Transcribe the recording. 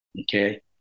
okay